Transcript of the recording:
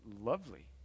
lovely